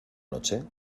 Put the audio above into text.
noche